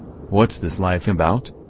what's this life about,